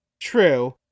True